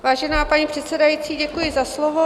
Vážená paní předsedající, děkuji za slovo.